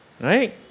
Right